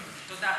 תודה.